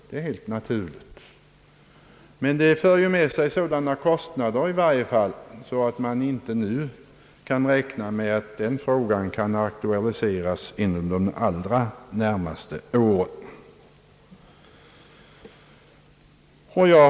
Men detta skulle föra med sig sådana kostnader, att man i varje fall inte nu kan räkna med att denna fråga kan aktualiseras inom de allra närmaste åren.